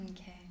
Okay